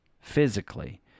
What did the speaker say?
physically